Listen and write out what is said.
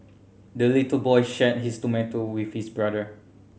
the little boy shared his tomato with his brother